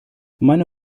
meine